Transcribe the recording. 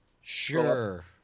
Sure